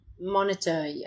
monitor